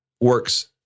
works